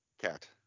cat